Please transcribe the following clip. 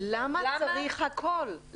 למה צריך הכול?